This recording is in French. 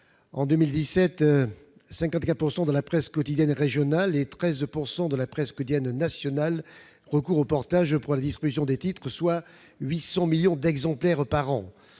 En 2017, quelque 54 % de la presse quotidienne régionale et 13 % de la presse quotidienne nationale recourent au portage pour la distribution des titres, soit 800 millions d'exemplaires par an.